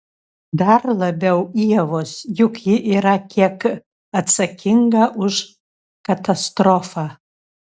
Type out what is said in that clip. dar labiau ievos juk ji yra kiek atsakinga už katastrofą